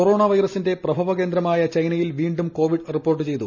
corona വൈറസിന്റെ പ്രഭവ കേന്ദ്രമായി ചൈനയിൽ വീണ്ടും കോവിഡ് റിപ്പോർട്ട് ചെയ്തു